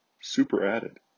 superadded